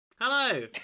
Hello